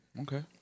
Okay